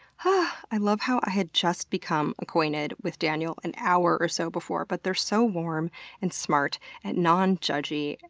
and i love how i had just become acquainted with daniel an hour or so before, but they're so warm and smart and non-judgey,